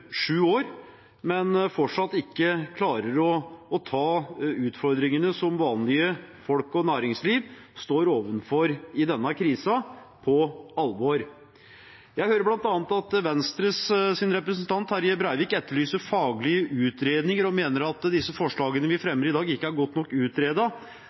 sju år, men fortsatt ikke klarer å ta utfordringene som vanlige folk og næringsliv står overfor i denne krisen, på alvor. Jeg hører bl.a. at Venstres representant Terje Breivik etterlyser faglige utredninger og mener at disse forslagene vi